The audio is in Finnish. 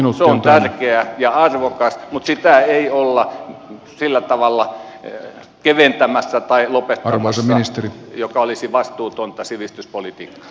se on tärkeää ja arvokasta mutta sitä ei olla sillä tavalla keventämässä tai lopettamassa joka olisi vastuutonta sivistyspolitiikkaa